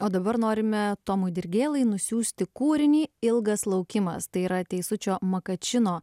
o dabar norime tomui dirgėlai nusiųsti kūrinį ilgas laukimas tai yra teisučio makačino